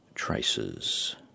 traces